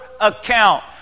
account